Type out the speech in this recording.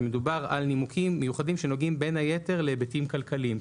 שמדובר על נימוקים מיוחדים שנוגעים בין היתר להיבטים כלכליים.